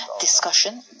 Discussion